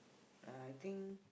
I think